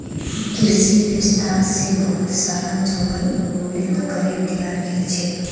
कृषि विस्तार स बहुत सारा जंगल उन्मूलित करे दयाल गेल छेक